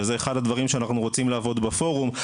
וזה אחד הדברים שאנחנו רוצים לעבוד בפורום,